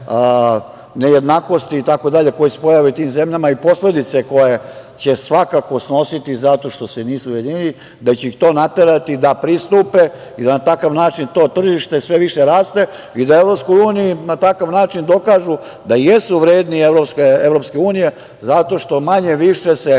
nejednakosti koje se pojave u tim zemljama i posledice koje će svakako snositi zato što se nisu ujedinili da će ih to naterati da pristupe i da na takav način to tržište sve više raste i da Evropskoj uniji na takav način dokažu da jesu vredni Evropske unije zato što se manje-više